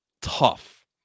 tough